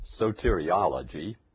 soteriology